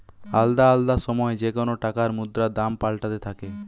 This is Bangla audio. আলদা আলদা সময় যেকোন টাকার মুদ্রার দাম পাল্টাতে থাকে